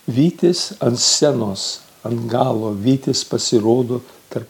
vytis ant scenos ant galo vytis pasirodo tarp